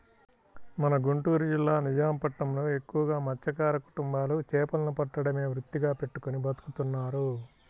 మన గుంటూరు జిల్లా నిజాం పట్నంలో ఎక్కువగా మత్స్యకార కుటుంబాలు చేపలను పట్టడమే వృత్తిగా పెట్టుకుని బతుకుతున్నారు